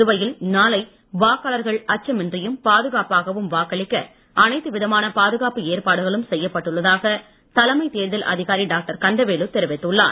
புதுவையில் நாளை வாக்காளர்கள் அச்சமின்றியும் பாதுகாப்பாகவும் வாக்களிக்க பாதுகாப்பு அனைத்து விதமான ஏற்பாடுகளும் செய்யப்பட்டுள்ளதாக தலைமைத் தேர்தல் அதிகாரி டாக்டர் கந்தவேலு தெரிவித்துள்ளார்